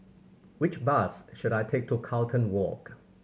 which bus should I take to Carlton Walk